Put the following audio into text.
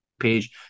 page